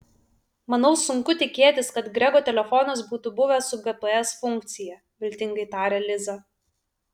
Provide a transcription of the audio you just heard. manau sunku tikėtis kad grego telefonas būtų buvęs su gps funkcija viltingai tarė liza